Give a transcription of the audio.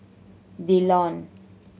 The Lawn